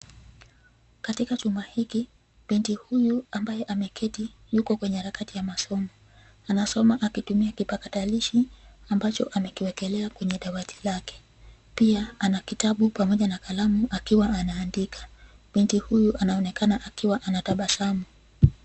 Katika chuma hiki, binti huyu ambaye ameketi, yuko kwenye harakati ya masomo. Anasoma akitumia kipakatalishi, ambacho amekiwekelea kwenye dawati lake. Pia, ana kitabu pamoja na kalamu akiwa anaandika. Binti huyu anaonekana akiwa anatabasamu.